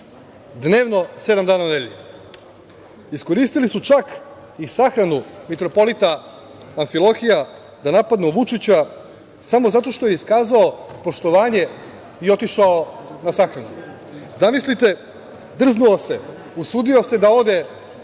dnevno, sedam dana u nedelji. Iskoristili su čak i sahranu mitropolita Amfilohija da napadnu Vučića, samo zato što je iskazao poštovanje i otišao na sahranu. Zamislite, drznuo se, usudio se da ode